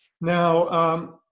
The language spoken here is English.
now